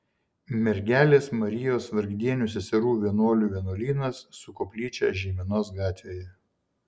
mergelės marijos vargdienių seserų vienuolių vienuolynas su koplyčia žeimenos gatvėje